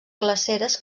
glaceres